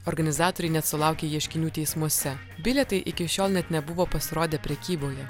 organizatoriai net sulaukė ieškinių teismuose bilietai iki šiol net nebuvo pasirodę prekyboje